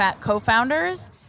co-founders